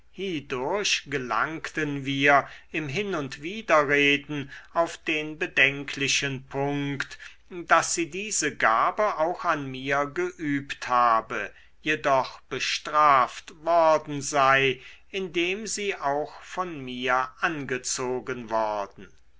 gelangten wir im hin und widerreden auf den bedenklichen punkt daß sie diese gabe auch an mir geübt habe jedoch bestraft worden sei indem sie auch von mir angezogen worden